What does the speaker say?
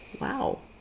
Wow